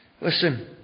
listen